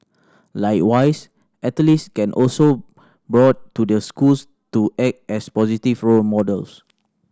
likewise athletes can also brought to the schools to act as positive role models